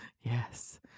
Yes